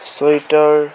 sweater